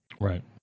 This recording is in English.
right